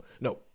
No